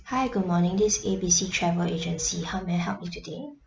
hi good morning this is A B C travel agency how may I help you today